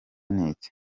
n’iki